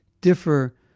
differ